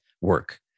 work